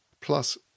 Plus